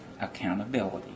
Accountability